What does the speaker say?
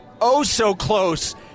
oh-so-close